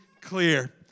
clear